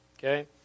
Okay